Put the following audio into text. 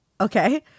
Okay